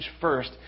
first